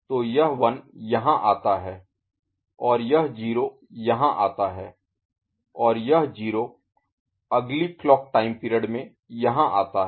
तो यह 1 यहाँ आता है और यह 0 यहाँ आता है और यह 0 अगली क्लॉक टाइम पीरियड में यहाँ आता है